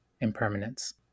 impermanence